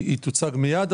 ראוי,